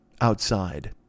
outside